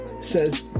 says